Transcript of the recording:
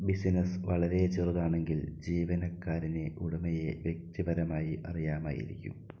business വളരെ ചെറുതാണെങ്കിൽ ജീവനക്കാരന് ഉടമയെ വ്യക്തിപരമായി അറിയാമായിരിക്കും